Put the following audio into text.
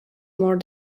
more